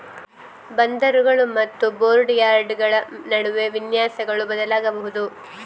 ಬಂದರುಗಳು ಮತ್ತು ಬೋಟ್ ಯಾರ್ಡುಗಳ ನಡುವೆ ವಿನ್ಯಾಸಗಳು ಬದಲಾಗಬಹುದು